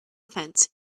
fence